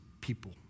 people